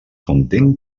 content